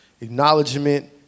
acknowledgement